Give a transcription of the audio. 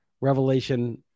revelation